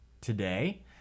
today